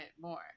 more